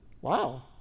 wow